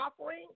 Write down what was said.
offering